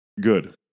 Good